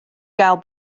gael